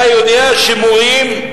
אתה יודע שמורים,